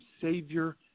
Savior